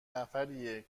نفریه